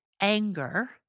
anger